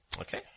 Okay